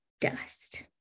dust